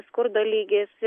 skurdo lygis